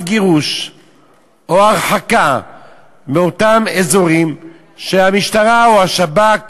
גירוש או הרחקה מאותם אזורים כשהמשטרה או השב"כ